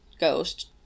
ghost